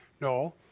No